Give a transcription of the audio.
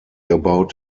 about